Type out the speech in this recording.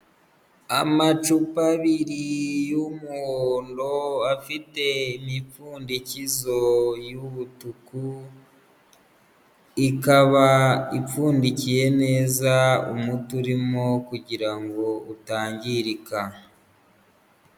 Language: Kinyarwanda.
Amacupa abiri y'umuhondo afite imipfundikizo y'ubutuku, ikaba ipfundikiye neza umuti urimo kugira ngo utangirika.